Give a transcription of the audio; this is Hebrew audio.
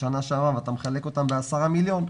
שנה שעברה ואתה מחלק אותם ב-10 מיליון,